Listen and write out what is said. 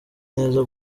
neza